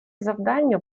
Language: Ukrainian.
завдання